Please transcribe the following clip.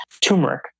Turmeric